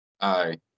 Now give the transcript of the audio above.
Aye